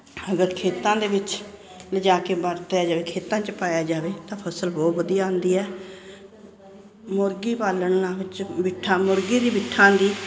ਅਗਰ ਖੇਤਾਂ ਦੇ ਵਿੱਚ ਲਿਜਾ ਕੇ ਵਰਤਿਆ ਜਾਵੇ ਖੇਤਾਂ 'ਚ ਪਾਇਆ ਜਾਵੇ ਤਾਂ ਫਸਲ ਬਹੁਤ ਵਧੀਆ ਹੁੰਦੀ ਹੈ ਮੁਰਗੀ ਪਾਲਣ ਵਿੱਚ ਬਿੱਠਾਂ ਮੁਰਗੀ ਦੀਆਂ ਬਿੱਠਾਂ ਦੀ